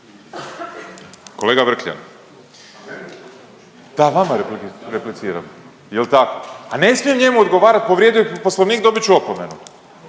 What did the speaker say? Kolega Vrkljan, da vama repliciram jel' tako? A ne smijem odgovarati povrijedio bih Poslovnik, dobit ću opomenu.